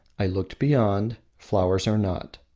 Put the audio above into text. i look beyond flowers are not,